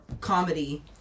comedy